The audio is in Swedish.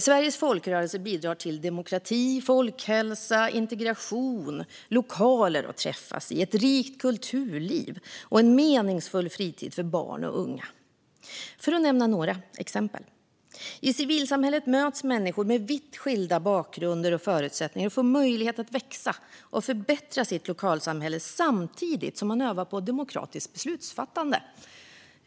Sveriges folkrörelser bidrar till demokrati, folkhälsa, integration, lokaler att träffas i, ett rikt kulturliv och en meningsfull fritid för barn och unga, för att nämna några exempel. I civilsamhället möts människor med vitt skilda bakgrunder och förutsättningar och får möjlighet att växa och förbättra sitt lokalsamhälle, samtidigt som man övar på demokratiskt beslutsfattande.